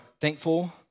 thankful